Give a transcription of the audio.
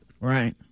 Right